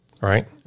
Right